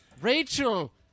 Rachel